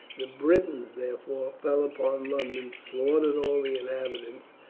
the britons therefore fell upon london, slaughtered all the inhabitants,